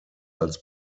als